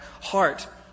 heart